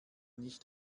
nicht